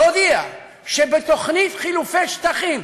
להודיע שבתוכנית חילופי שטחים,